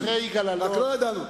רק לא ידענו,